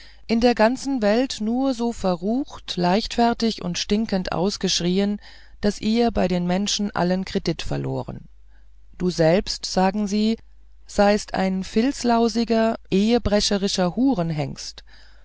in der ganzen weiten welt vor so verrucht leichtfertig und stinkend ausgeschrieen daß ihr bei den menschen allen kredit verloren du selbst sagen sie seist ein filzlausiger ehebrecherischer hurenhengst